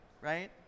Right